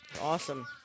awesome